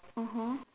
mmhmm